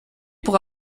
pour